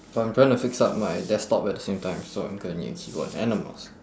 well I'm trying to fix up my desktop at the same time so I'm gonna need a keyboard and a mouse